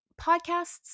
Podcasts